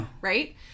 right